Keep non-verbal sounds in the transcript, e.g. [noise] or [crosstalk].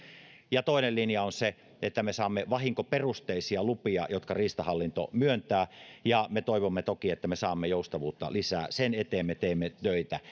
ja toinen linja on se että me saamme vahinkoperusteisia lupia jotka riistahallinto myöntää me toivomme toki että me saamme joustavuutta lisää sen eteen me teemme töitä [unintelligible]